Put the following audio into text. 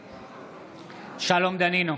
נגד שלום דנינו,